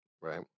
Right